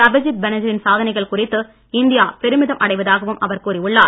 அபிஜித் பேனர்ஜியின் சாதனைகள் குறித்து இந்தியா பெருமிதம் அடைவதாகவும் அவர் கூறியுள்ளார்